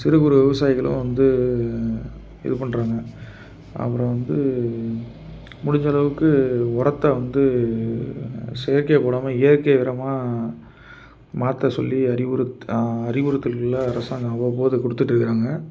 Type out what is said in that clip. சிறுகுறு விவசாயிகளும் வந்து இது பண்ணுறாங்க அப்புறம் வந்து முடிஞ்சளவுக்கு உரத்தை வந்து செயற்கையாக போடாமல் இயற்கை உரமாக மாற்ற சொல்லி அறிவுறுத் அறிவுறுத்தல்களை அரசாங்கம் அவ்வப்போது கொடுத்துட்டு இருக்கிறாங்க